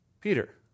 Peter